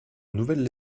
nouvelle